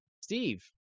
Steve